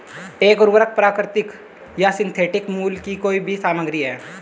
एक उर्वरक प्राकृतिक या सिंथेटिक मूल की कोई भी सामग्री है